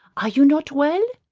are you not well?